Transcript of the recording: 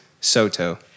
Soto